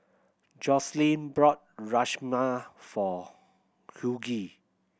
Joselin brought Rajma for Hughie